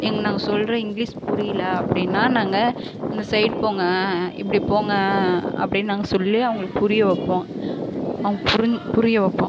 எங் நாங்கள் சொல்கிற இங்கிலிஸ் புரியல அப்படீன்னா நாங்கள் இந்த சைட் போங்க இப்படி போங்க அப்படீன்னு நாங்கள் சொல்லி அவங்களுக்கு புரிய வைப்போம் அவங்க புரிஞ் புரிய வைப்போம்